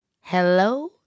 Hello